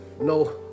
no